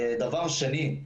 דבר שני,